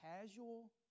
casual